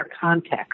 context